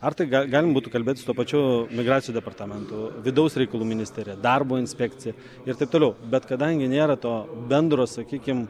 ar tai ga galima būti kalbėti su tuo pačiu migracijos departamentu vidaus reikalų ministerija darbo inspekcija ir taip toliau bet kadangi nėra to bendro sakykim